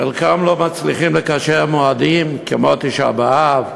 חלקם לא מצליחים לקשר מועדים כמו תשעה באב,